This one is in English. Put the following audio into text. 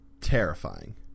terrifying